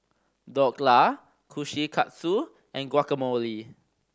Dhokla Kushikatsu and Guacamole